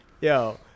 Yo